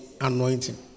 anointing